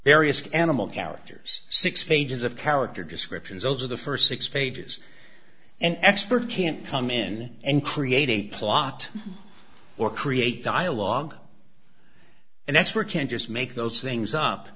various animal characters six pages of character descriptions over the first six pages an expert can't come in and create a plot or create dialogue and that's were can't just make those things up